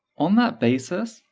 on that basis,